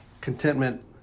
contentment